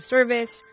Service